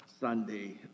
Sunday